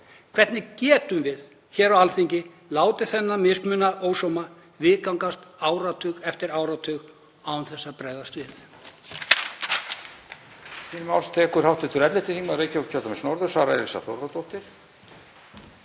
Hvernig getum við hér á Alþingi látið þennan mismununarósóma viðgangast áratug eftir áratug án þess að bregðast við?